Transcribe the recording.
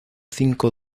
cinco